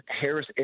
Harris